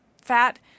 fat